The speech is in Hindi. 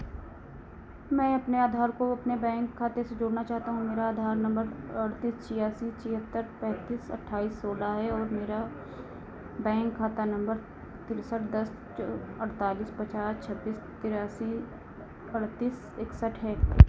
मैं अपने आधार को अपने बैंक खाते से जोड़ना चाहता हूँ मेरा आधार नंबर अढ़तीस छियासी छिहत्तर पैंतीस अट्ठाईस सोलह है और मेरा बैंक खाता नंबर तिरसठ दस चौ अड़तालीस पचास छब्बीस तिरासी अड़तीस इकसठ है